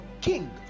king